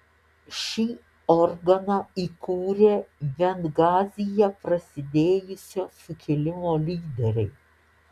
šį organą įkūrė bengazyje prasidėjusio sukilimo lyderiai